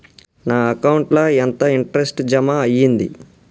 నా అకౌంట్ ల ఎంత ఇంట్రెస్ట్ జమ అయ్యింది?